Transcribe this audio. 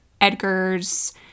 edgar's